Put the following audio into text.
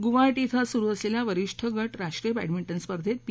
गुवाहाटी ड्डं सुरु असलेल्या वरीष्ठ गट राष्ट्रीय बॅडमिंटन स्पर्धेत पी